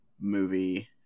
movie